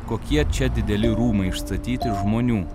kokie čia dideli rūmai išstatyti žmonių